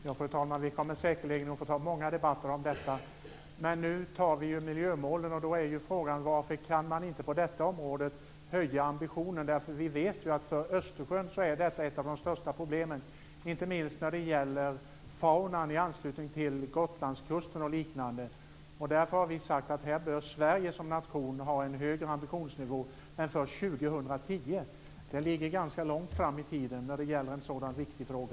Fru talman! Vi kommer säkerligen att få ta många debatter om detta. Men nu antar vi miljömålen, och då är frågan varför man inte kan höja ambitionen på detta område. Vi vet ju att detta är ett av de största problemen för Östersjön, inte minst när det gäller faunan i anslutning till Gotlandskusten och liknande. Därför har vi sagt att Sverige som nation här bör ha en högre ambitionsnivå än först år 2010. Det ligger ganska långt fram i tiden när det gäller en sådan viktig fråga.